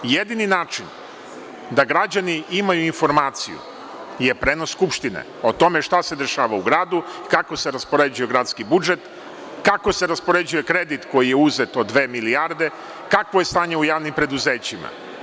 Jedini način da građani imaju informaciju je prenos Skupštine, o tome šta se dešava u gradu, kako se raspoređuje gradski budžet, kako se raspoređuje kredit koji je uzet od dve milijarde, kakvo je stanje u javnim preduzećima.